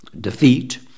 defeat